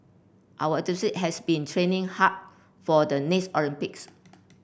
our has been training hard for the next Olympics